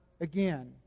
again